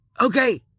Okay